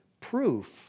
proof